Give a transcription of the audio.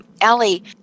Ellie